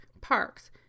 parks